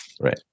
Right